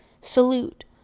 salute